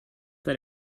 that